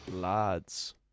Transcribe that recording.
Lads